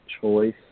choice